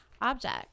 object